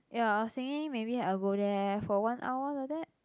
ya I was thinking maybe I'll go there for one hour like that